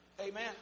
Amen